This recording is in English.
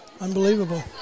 unbelievable